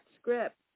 script